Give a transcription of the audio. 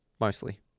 Mostly